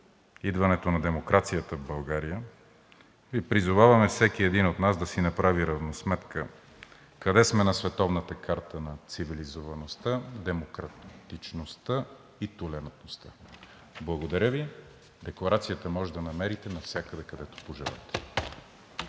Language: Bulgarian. идването на демокрацията в България, Ви призоваваме всеки един от нас да си направи равносметка къде сме на световната карта на цивилизоваността, демократичността и толерантността. Можете да намерите декларацията навсякъде, където пожелаете.